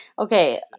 Okay